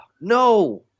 no